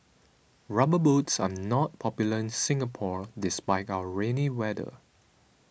rubber boots are not popular in Singapore despite our rainy weather